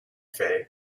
fays